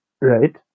right